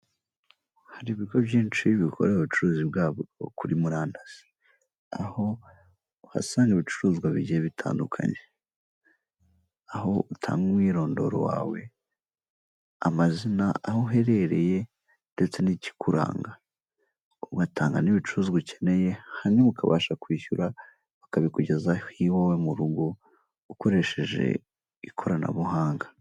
Hari ibigo byinshi bikorera ubucuruzi bwabyo kuri murandasi aho uhasanga ibicuruzwa bigiye bitandukanye aho utanga umwirondoro wawe amazina aho uherereye ndetse n'ikikuranga ugatanga n'ibicuruzwa ukeneye hanyuma ukabasha kwishyura bakabikugezaho iwawe mu rugo ukoresheje ikoranabuhanga.